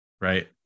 right